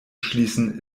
schließen